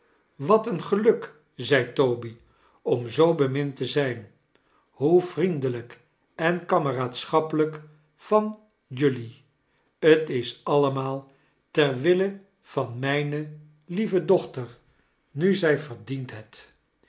wat een geluk zei toby om zoo hemind te zijn hoe wiendelijk en kameraadschappelijk van jelui t is allemaal ter wille van mijne lieve dochter nu zij verdient het